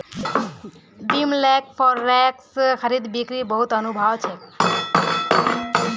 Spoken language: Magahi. बिमलक फॉरेक्स खरीद बिक्रीत बहुत अनुभव छेक